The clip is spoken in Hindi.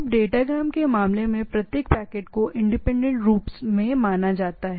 अब डेटाग्राम के मामले में प्रत्येक पैकेट को इंडिपेंडेंट रूप से व्यवहार किया जाता है